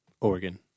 Oregon